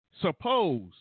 Suppose